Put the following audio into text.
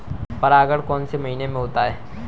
परागण कौन से महीने में होता है?